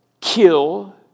kill